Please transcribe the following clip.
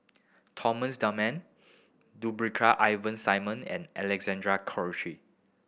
Thomas Dunman Brigadier Ivan Simson and Alexander Guthrie